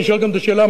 תשאל גם את השאלה,